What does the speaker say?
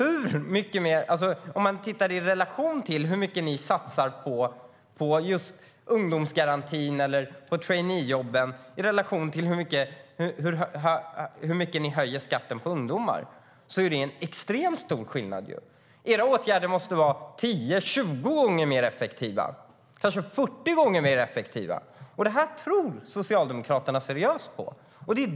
Sett till hur mycket ni satsar på ungdomsgarantin eller på traineejobben och hur mycket ni höjer skatten på ungdomar är det en extremt stor skillnad. Era åtgärder måste vara 10-20 gånger mer effektiva, kanske 40 gånger mer effektiva. Och det här tror ni socialdemokrater seriöst på.